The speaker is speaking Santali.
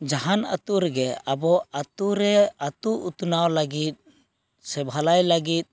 ᱡᱟᱦᱟᱱ ᱟᱛᱩᱨᱮᱜᱮ ᱟᱵᱚ ᱟᱛᱩᱨᱮ ᱟᱛᱩ ᱩᱛᱱᱟᱹᱣ ᱞᱟᱹᱜᱤᱫ ᱥᱮ ᱵᱷᱟᱹᱞᱟᱹᱭ ᱞᱟᱹᱜᱤᱫ